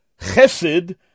Chesed